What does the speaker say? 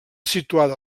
situada